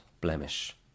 blemish